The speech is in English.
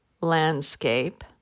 landscape